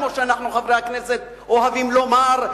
כמו שאנחנו חברי הכנסת אוהבים לומר,